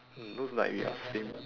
looks like we are same